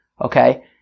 Okay